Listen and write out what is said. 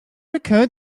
occurred